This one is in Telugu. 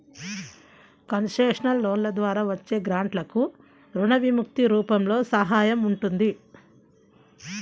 కన్సెషనల్ లోన్ల ద్వారా వచ్చే గ్రాంట్లకు రుణ విముక్తి రూపంలో సహాయం ఉంటుంది